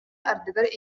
ардыгар